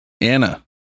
Anna